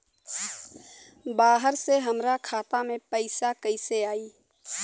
बाहर से हमरा खाता में पैसा कैसे आई?